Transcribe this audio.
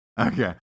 Okay